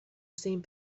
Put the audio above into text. same